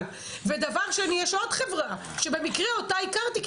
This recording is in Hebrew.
ודבר שני יש עוד חברה שבמקרה אותה הכרתי,